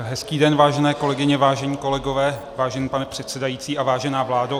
Hezký den, vážené kolegyně, vážení kolegové, vážený pane předsedající a vážená vládo.